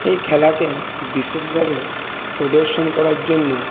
এই খেলাকে বিশেষভাবে প্রদর্শন করার জন্য